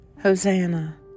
Hosanna